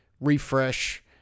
refresh